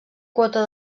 quota